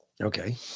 Okay